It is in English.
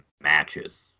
matches